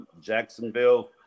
Jacksonville